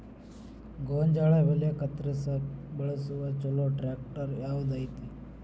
ಗೋಂಜಾಳ ಬೆಳೆ ಕತ್ರಸಾಕ್ ಬಳಸುವ ಛಲೋ ಟ್ರ್ಯಾಕ್ಟರ್ ಯಾವ್ದ್ ಐತಿ?